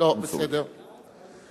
אדוני היושב-ראש,